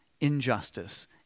injustice